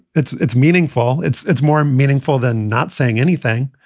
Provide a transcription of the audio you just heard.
it's it's meaningful. it's it's more meaningful than not saying anything.